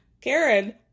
Karen